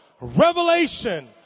revelation